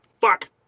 fuck